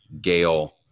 Gail